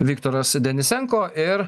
viktoras denisenko ir